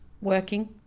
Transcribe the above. working